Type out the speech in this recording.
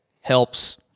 helps